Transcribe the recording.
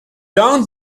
down